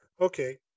Okay